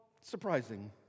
surprising